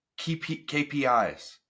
KPIs